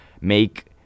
make